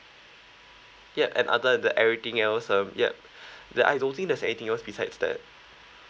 ya and other than that everything else uh yup then I don't think there's anything else besides that